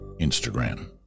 Instagram